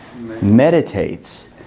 meditates